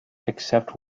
except